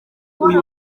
uyu